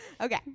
Okay